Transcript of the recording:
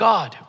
God